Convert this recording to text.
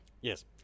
Yes